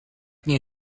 nie